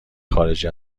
خارج